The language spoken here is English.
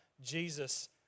Jesus